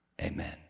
Amen